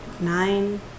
nine